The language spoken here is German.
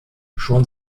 schon